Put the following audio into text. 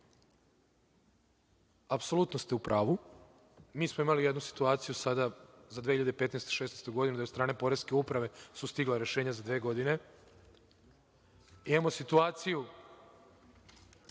apsolutno ste u pravu. Mi smo imali jednu situaciju sada za 2015. i 2016. godinu, da je od strane poreske uprave sustigla rešenja za dve godine. Imamo situaciju